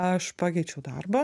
aš pakeičiau darbą